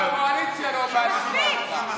הקואליציה לא באה לשמוע אותך.